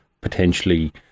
potentially